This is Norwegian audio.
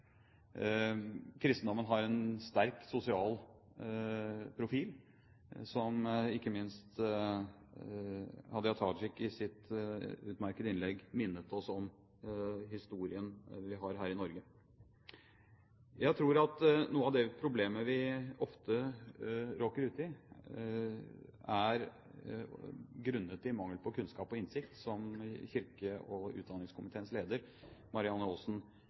Kristendommen har en sterk sosial profil, og den historien vi har her i Norge, minnet ikke minst Hadia Tajik oss om i sitt utmerkede innlegg. Jeg tror at noe av det problemet vi ofte råker ut for, er grunnet i mangel på kunnskap og innsikt, som kirke-, utdannings- og forskningskomiteens leder, Marianne Aasen